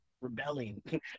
rebelling